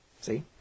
See